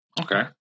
Okay